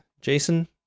jason